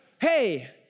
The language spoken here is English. hey